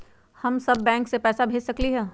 हम सब बैंक में पैसा भेज सकली ह?